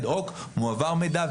מועבר מידע,